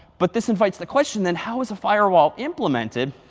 but this invites the question then, how is a firewall implemented?